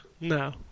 No